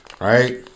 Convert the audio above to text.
right